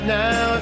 now